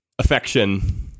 affection